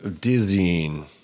dizzying